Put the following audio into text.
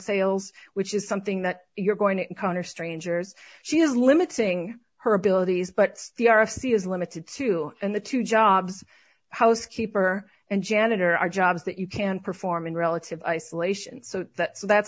sales which is something that you're going to encounter strangers she is limiting her abilities but the r f c is limited to and the two jobs housekeeper and janitor are jobs that you can perform in relative isolation so that so that's